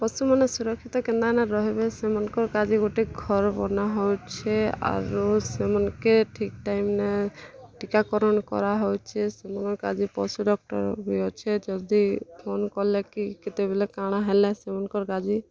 ପଶୁମାନେ ସୁରକ୍ଷିତ କେନ୍ତାକିନା ରହେବେ ସେମାନଙ୍କର୍ କା'ଯେ ଗୁଟେ ଘର୍ ବନା ହେଉଛେ ଆରୁ ସେମାନ୍କେ ଠିକ୍ ଟାଇମ୍ନେ ଟିକାକରଣ୍ କରାହେଉଛେ ସେମାନଙ୍କର୍ କା'ଯେ ପଶୁ ଡ଼କ୍ଟର୍ ବି ଅଛେ ଯଦି ଫୋନ୍ କଲେ କି କେତେବେଲେ କା'ଣା ହେଲେ ସେମାନଙ୍କର୍ କା'ଯେ